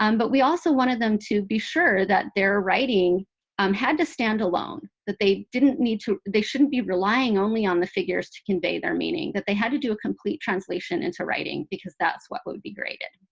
um but we also wanted them to be sure that their writing um had to stand alone, that they didn't need to they shouldn't be relying only on the figures to convey their meaning, that they had to do a complete translation into writing, because that's what would be graded.